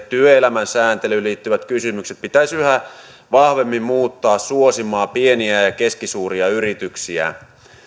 työelämän sääntelyyn liittyvät kysymykset pitäisi yhä vahvemmin muuttaa suosimaan pieniä ja keskisuuria yrityksiä